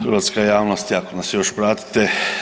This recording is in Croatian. Hrvatska javnosti, ako nas još pratite.